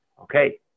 Okay